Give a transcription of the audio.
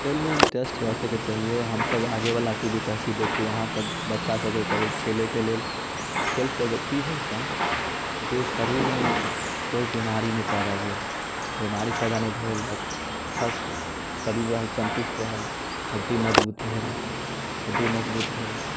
खेलमे इंटरेस्ट रखैके चाहियै हमसभ आगेवलाके भी कहैत छियै देखू अहाँसभ बच्चासभके कहबै खेलैके लेल तऽ खेलसँ एगो कि होइ छै जे शरीरमे कोइ बीमारी नहि पैदा भेल बीमारी पैदा नहि भेल तऽ अच्छा शरीर रहल सन्तुष्ट रहल हड्डी मजबूत भेल हड्डी मजबूत भेल